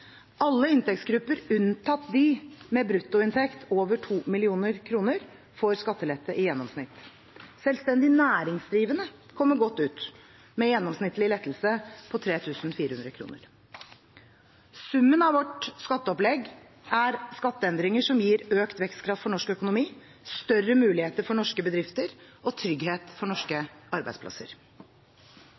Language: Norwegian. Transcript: Alle inntektsgrupper unntatt de med bruttoinntekt over 2 mill. kr får skattelettelser i gjennomsnitt. Selvstendig næringsdrivende kommer godt ut med gjennomsnittlige lettelse på 3 400 kr. Summen av vårt skatteopplegg er skatteendringer som gir økt vekstkraft for norsk økonomi, større muligheter for norske bedrifter og trygghet for norske arbeidsplasser.